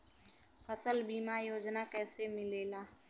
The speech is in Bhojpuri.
फसल बीमा योजना कैसे मिलेला?